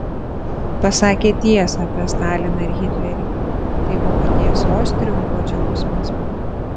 pasakė tiesą apie staliną ir hitlerį tai buvo tiesos triumfo džiaugsmas